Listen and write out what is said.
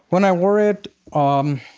when i wore it um